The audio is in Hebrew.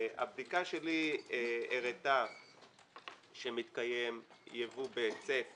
הבדיקה שלי הראתה שמתקיים יבוא בהיצף